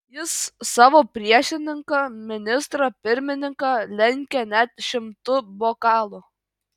jis savo priešininką ministrą pirmininką lenkia net šimtu bokalų